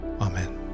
Amen